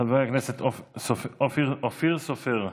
חבר הכנסת אופיר סופר.